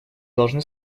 должны